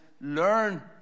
learn